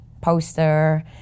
poster